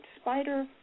spider